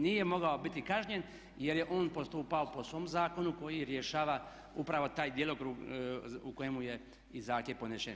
Nije mogao biti kažnjen jer je on postupao po svom zakonu koji rješava upravo taj djelokrug u kojemu je i zahtjev podnesen.